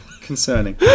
concerning